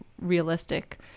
realistic